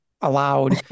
allowed